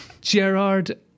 Gerard